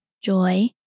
joy